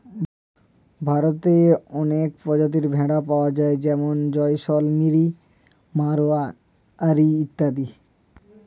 ভারতে অনেক প্রজাতির ভেড়া পাওয়া যায় যেমন জয়সলমিরি, মারোয়ারি ইত্যাদি